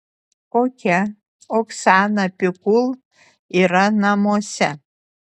kokia oksana pikul yra namuose